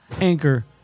anchor